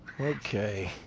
Okay